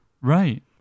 Right